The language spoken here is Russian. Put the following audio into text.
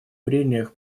прениях